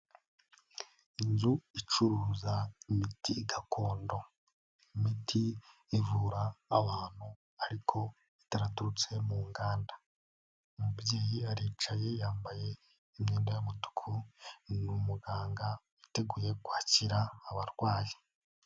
Inzu icuruza imiti gakondo, imiti ivura abantu ariko itaraturutse mu nganda, umubyeyi aricaye yambaye imyenda y'umutuku, ni umuganga witeguye kwakira abarwayi.